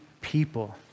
people